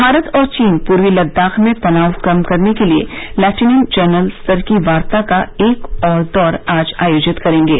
भारत और चीन पूर्वी लद्दाख में तनाव कम करने के लिए लेपिटनेंट जनरल स्तर की वार्ता का एक और दौर आज आयोजित करेंगे